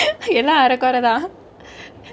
எல்லா அர கொரதா:ellaa are korethaa